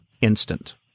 instant